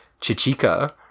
Chichika